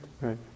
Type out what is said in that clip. Right